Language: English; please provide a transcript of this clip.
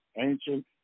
ancient